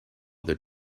their